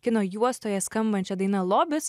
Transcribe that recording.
kino juostoje skambančią daina lobis